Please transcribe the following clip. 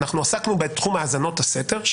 אנחנו עסקנו בתחום האזנות הסתר,